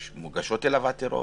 הלאום.